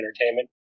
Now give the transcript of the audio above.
entertainment